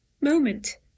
moment